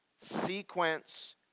sequence